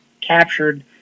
captured